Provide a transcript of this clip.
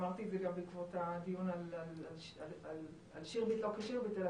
אמרתי את זה גם בעקבות הדיון על "שירביט" --- אלא כתופעה,